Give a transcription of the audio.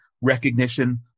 recognition